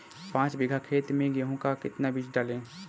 पाँच बीघा खेत में गेहूँ का कितना बीज डालें?